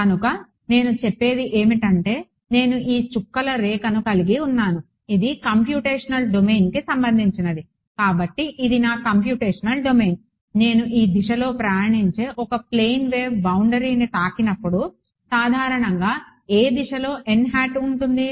కనుక నేను చెప్పేదేమిటంటే నేను ఈ చుక్కల రేఖను కలిగి ఉన్నాను ఇది కంప్యూటేషనల్ డొమైన్కి సంబంధించినది కాబట్టి ఇది నా కంప్యూటేషనల్ డొమైన్ నేను ఈ దిశలో ప్రయాణించే ఒక ప్లేన్ వేవ్ బౌండరీను తాకినప్పుడు సాధారణంగా ఏ దిశలో n హాట్ ఉంటుంది